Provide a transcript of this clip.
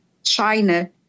china